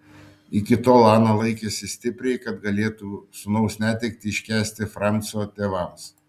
iki tol ana laikėsi stipriai kad padėtų sūnaus netektį iškęsti franco tėvams